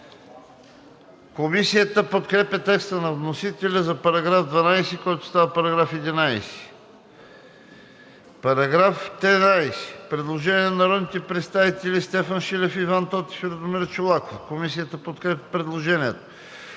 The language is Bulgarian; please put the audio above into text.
Комисията подкрепя текста на вносителя за § 12, който става § 11. По § 13 има предложение на народните представители Стефан Шилев, Иван Тотев и Радомир Чолаков. Комисията подкрепя предложението.